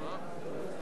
אדוני היושב-ראש,